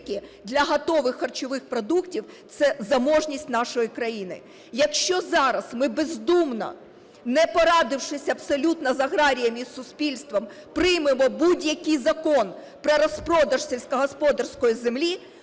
для готових харчових продуктів – це заможність нашої країни. Якщо зараз ми бездумно, не порадившись абсолютно з аграріями, з суспільством, приймемо будь-який закон про розпродаж сільськогосподарської землі,